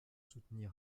soutenir